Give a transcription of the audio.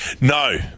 No